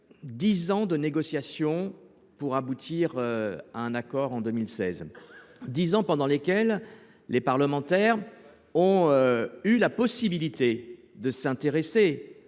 dix ans de négociations pour aboutir à un accord, en 2016. Durant ces dix années, les parlementaires ont eu la possibilité de s’intéresser